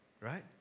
right